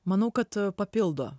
manau kad papildo